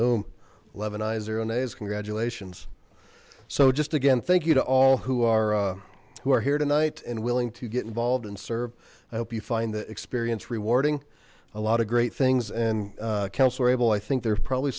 nays congratulations so just again thank you to all who are who are here tonight and willing to get involved and serve i hope you find the experience rewarding a lot of great things and councillor abel i think there's probably